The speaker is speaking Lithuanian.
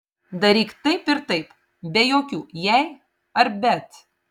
daryk taip ir taip be jokių jei ar bet